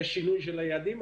יש שינוי של היעדים,